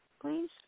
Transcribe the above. please